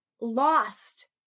lost